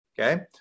Okay